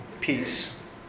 peace